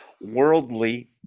worldly